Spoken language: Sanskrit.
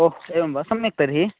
ओह् एवं वा सम्यक् तर्हि